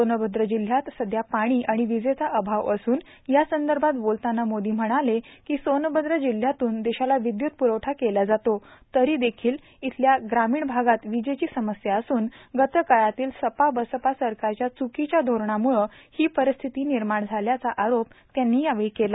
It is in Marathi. सोनभद्र जिल्हयात सध्या पाणी आणि वीजेचा अभाव असून यासंदर्भात बोलताना मोदी म्हणाले की सोनभद्र जिल्हयातून देषाला विदयूत प्रवठा केल्या जातो तरी देखील येथील ग्रामीण आगात विजेची समस्या असून गतकाळातील सपा बसपा सरकारच्या च्कीच्या धोरणाम्ळ ही परिस्थिती निर्माण झाल्याचं आरोप पंतप्रधानांनी केला